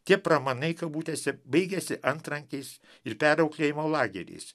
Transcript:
tie pramanai kabutėse baigiasi antrankiais ir perauklėjimo lageriais